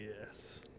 yes